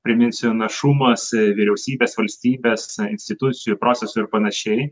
priminsiu našumas vyriausybės valstybės institucijų procesų ir panašiai